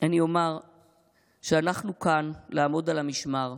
אני אומר שאנחנו כאן לעמוד על המשמר.